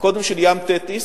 קודם של "ים תטיס",